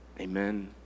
Amen